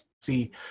see